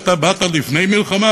אתה באת לפני המלחמה?